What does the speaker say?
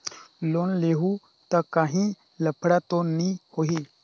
Loan लेहूं ता काहीं लफड़ा तो नी होहि?